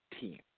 team